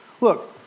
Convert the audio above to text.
Look